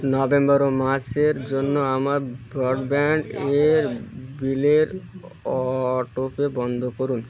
November ও মার্চের জন্য আমার ব্রডব্যান্ডের বিলের অটোপে বন্ধ করুন